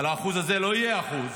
אבל ה-1% הזה לא יהיה 1%,